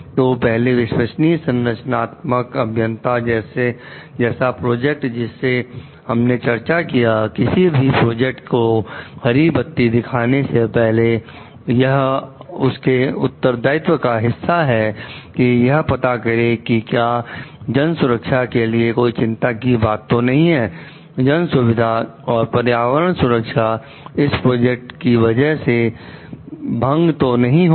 तो पहले विश्वसनीय संरचनात्मक अभियंता जैसा प्रोजेक्ट जिसे हमने चर्चा किया किसी भी प्रोजेक्ट को हरी बत्ती दिखाने से पहले यह उनके उत्तरदायित्व का हिस्सा है कि यह पता करें कि क्या जन सुरक्षा के लिए कोई चिंता की बात तो नहीं जन सुविधा और पर्यावरण सुरक्षा इस प्रोजेक्ट की वजह से भांग तो नहीं हो रहे